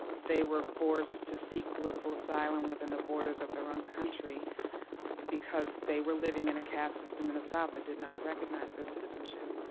they were forced to seek political asylum within the borders of their own country because they were living in a caste system in the south that did not recognize their citizenship.